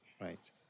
right